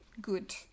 good